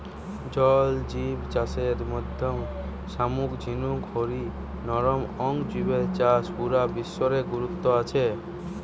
জল জিব চাষের মধ্যে শামুক ঝিনুক হারি নরম অং জিবের চাষ পুরা বিশ্ব রে গুরুত্ব আছে